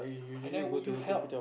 and then would you help